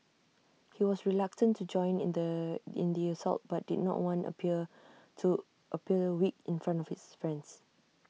he was reluctant to join in the in the assault but did not want appear to appear weak in front of his friends